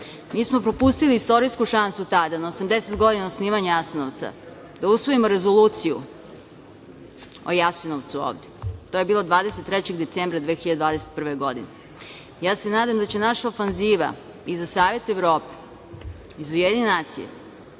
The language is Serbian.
Mi smo propustili istorijsku šansu tada na 80 godina osnivanja Jasenovca da usvojimo rezoluciju o Jasenovcu ovde. To je bilo 23. decembra 2021. godine. Nadam se da će naša ofanziva i za Savet Evrope i za UN poći